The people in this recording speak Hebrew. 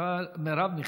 מרב מיכאלי,